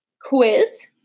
quiz